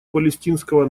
палестинского